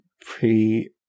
pre